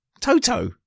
Toto